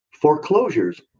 foreclosures